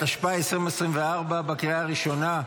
2), התשפ"ה 2024, לקריאה ראשונה.